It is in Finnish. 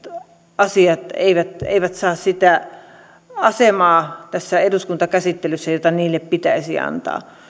asiat eivät eivät saa sitä asemaa tässä eduskuntakäsittelyssä joka niille pitäisi antaa